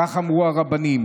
כך אמרו הרבנים.